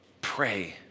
Pray